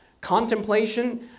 contemplation